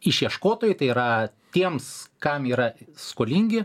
išieškotojai tai yra tiems kam yra skolingi